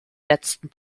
letzten